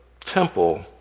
temple